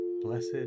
Blessed